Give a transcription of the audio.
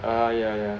ah yeah yeah